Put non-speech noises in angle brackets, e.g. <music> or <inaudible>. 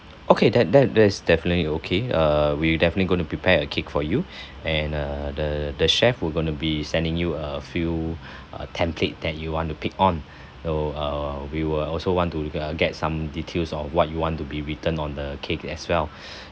okay that that that's definitely okay err we definitely going to prepare a cake for you <breath> and err the the chef who going to be sending you a few <breath> uh template that you want to pick on uh uh we will also want to uh get some details on what you want to be written on the cake as well <breath>